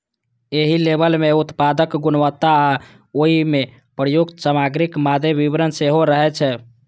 एहि लेबल मे उत्पादक गुणवत्ता आ ओइ मे प्रयुक्त सामग्रीक मादे विवरण सेहो रहै छै